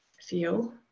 feel